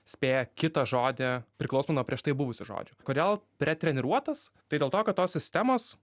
spėja kitą žodį priklausomai nuo prieš tai buvusio žodžio kodėl pretreniruotas tai dėl to kad tos sistemos